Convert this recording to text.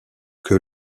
que